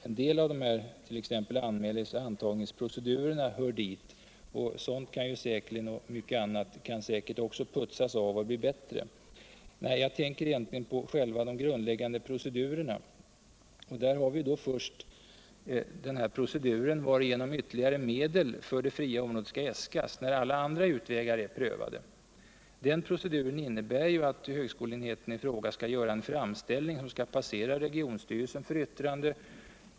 En del av t.ex. anmälnings och antagningsprocedurerna hör dit. Sådant kan säkerligen 'n putsas av och bli bättre. 9 Jag tänker däremot på själva de grundläggande procedurerna. Dir har vi då först och främst den procedur varigenom vuerligare medel för det fria området skall äskas när alla andra vägar är prövade. Den proceduren innebär att högskoleenheten i fråga skall göra en framställning som skall passera regionstyrelsen för vitrunde.